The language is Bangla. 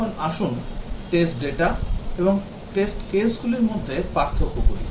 এখন আসুন test data এবং test case গুলির মধ্যে পার্থক্য করি